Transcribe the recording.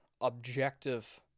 objective